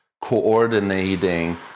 coordinating